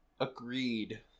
Agreed